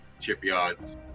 shipyards